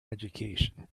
education